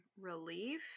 relief